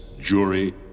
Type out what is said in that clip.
jury